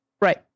Right